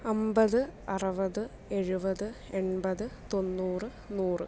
അമ്പത് അറുപത് എഴുപത് എൺപത് തൊണ്ണൂറ് നൂറ്